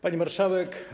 Pani Marszałek!